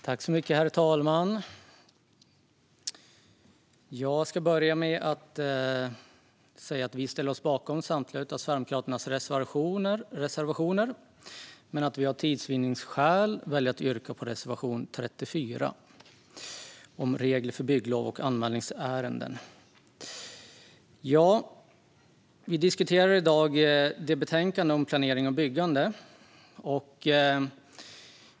Herr talman! Jag ska börja med att säga att vi ställer oss bakom samtliga av Sverigedemokraternas reservationer. För tids vinnande väljer jag dock att yrka bifall endast till reservation 34 om regler för bygglov och anmälningsärenden. Vi diskuterar i dag betänkandet om planering och byggande.